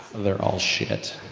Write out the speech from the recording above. they're all sh